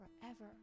forever